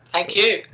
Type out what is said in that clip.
thank you.